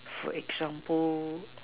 for example